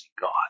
God